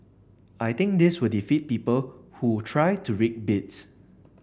I think this will defeat people who try to rig bids